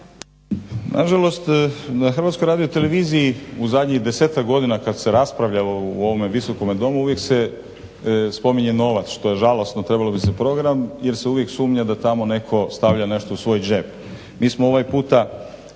Nažalost, na HRT-u u zadnjih 10-tak godina kad se raspravljalo u ovom Visokom domu uvijek se spominje novac što je žalosno, trebalo bi se program jer se uvijek sumnja da tamo netko stavlja nešto u svoj džep. Mi smo ovaj puta